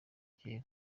kera